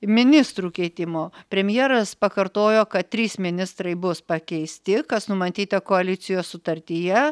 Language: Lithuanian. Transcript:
ministrų keitimo premjeras pakartojo kad trys ministrai bus pakeisti kas numatyta koalicijos sutartyje